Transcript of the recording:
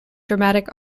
dramatic